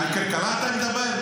אתה בעצמך --- על כלכלה אתה מדבר?